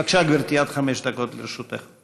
בבקשה, גברתי, עד חמש דקות לרשותך.